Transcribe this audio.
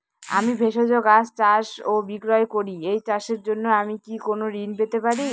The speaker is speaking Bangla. আমি ভেষজ গাছ চাষ ও বিক্রয় করি এই চাষের জন্য আমি কি কোন ঋণ পেতে পারি?